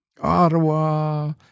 Ottawa